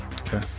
okay